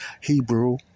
Hebrew